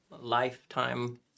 lifetime